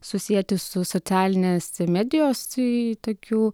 susieti su socialinės medijos tokiu